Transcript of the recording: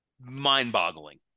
mind-boggling